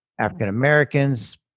African-Americans